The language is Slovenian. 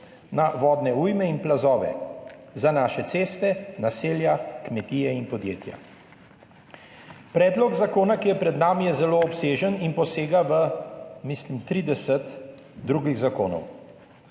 na vodne ujme in plazove za naše ceste, naselja, kmetije in podjetja. Predlog zakona, ki je pred nami, je zelo obsežen in mislim, da posega v 30 drugih zakonov,